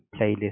playlist